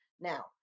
Now